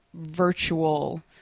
virtual